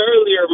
earlier